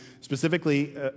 specifically